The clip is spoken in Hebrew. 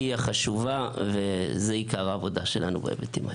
המעטפת היא החשובה ועיקר העבודה שלנו הוא בהיבטים האלה.